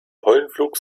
pollenflug